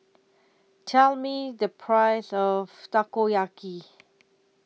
Tell Me The Price of Takoyaki